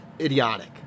idiotic